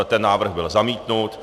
Ten návrh byl zamítnut.